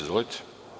Izvolite.